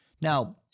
Now